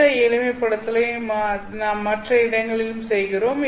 இந்தக் எளிமைப்படுத்ததலை நாம் மற்ற இடங்களிலும் செய்கிறோம்